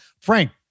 frank